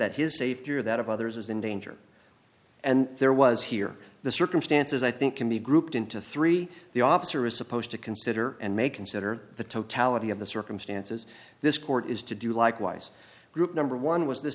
that his safety or that of others is in danger and there was here the circumstances i think can be grouped into three the officer is supposed to consider and may consider the totality of the circumstances this court is to do likewise group number one was this